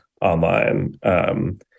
online